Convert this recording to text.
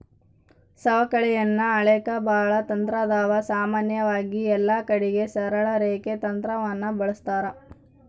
ಸವಕಳಿಯನ್ನ ಅಳೆಕ ಬಾಳ ತಂತ್ರಾದವ, ಸಾಮಾನ್ಯವಾಗಿ ಎಲ್ಲಕಡಿಗೆ ಸರಳ ರೇಖೆ ತಂತ್ರವನ್ನ ಬಳಸ್ತಾರ